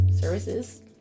services